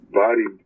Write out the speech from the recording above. body